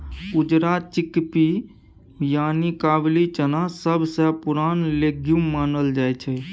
उजरा चिकपी यानी काबुली चना सबसँ पुरान लेग्युम मानल जाइ छै